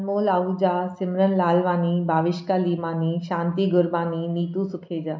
Anmol Ahuja Simran Lalwani Bhavishka Limani Shanti Gurbani Neetu Sukheja